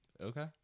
Okay